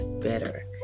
better